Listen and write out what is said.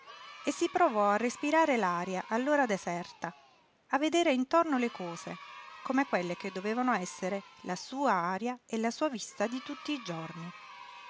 e si provò a respirare l'aria allora deserta a vedere intorno le cose come quelle che dovevano essere la sua aria e la sua vista di tutti i giorni